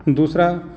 ਦੂਸਰਾ